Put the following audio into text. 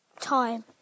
time